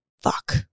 fuck